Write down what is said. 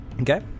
Okay